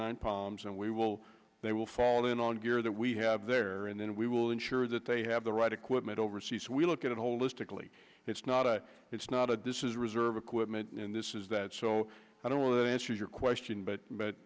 nine palms and we will they will fall in on gear that we have there and then we will ensure that they have the right equipment overseas we look at it holistically it's not a it's not a this is reserve equipment and this is that so i don't want to answer your question but but